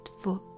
foot